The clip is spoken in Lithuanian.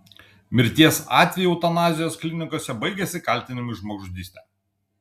mirties atvejai eutanazijos klinikose baigiasi kaltinimais žmogžudyste